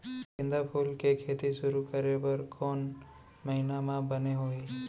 गेंदा फूल के खेती शुरू करे बर कौन महीना मा बने होही?